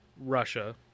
Russia